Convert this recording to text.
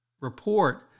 report